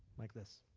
like this.